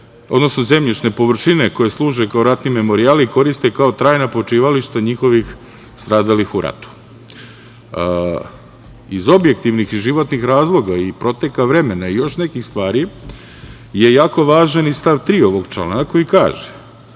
odnosno zemljišne površine koje služe kao ratni memorijali koriste kao trajna počivališta njihovih stradalih u ratu. Iz objektivnih i životnih razloga i proteka vremena i još nekih stvari je jako važan i stav 3. ovog člana koji kaže